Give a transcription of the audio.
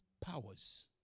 powers